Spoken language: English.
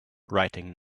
writing